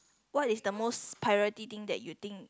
what is the most priority thing that you think